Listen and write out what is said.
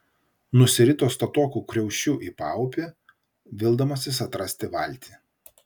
nusirito statoku kriaušiu į paupį vildamasis atrasti valtį